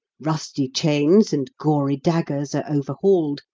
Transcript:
rusty chains and gory daggers are over-hauled,